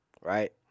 Right